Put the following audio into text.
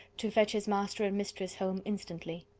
to fetch his master and mistress home instantly.